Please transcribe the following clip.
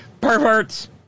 Perverts